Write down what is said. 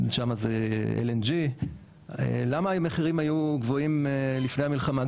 שם זה LNG. למה המחירים היו גבוהים לפני המלחמה?